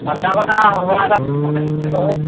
লাগিছিল নহয়